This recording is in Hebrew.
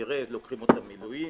כנראה לוקחים אותם לשירות מילואים.